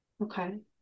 okay